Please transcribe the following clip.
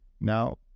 Now